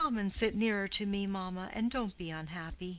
come and sit nearer to me, mamma, and don't be unhappy.